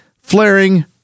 flaring